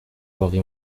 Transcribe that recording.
باقی